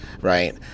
Right